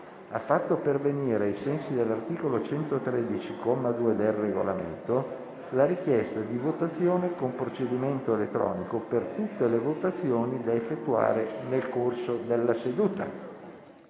ha fatto pervenire, ai sensi dell'articolo 113, comma 2, del Regolamento, la richiesta di votazione con procedimento elettronico per tutte le votazioni da effettuare nel corso della seduta.